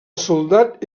soldat